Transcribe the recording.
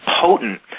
potent